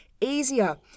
easier